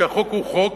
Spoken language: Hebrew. כי החוק הוא חוק,